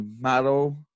model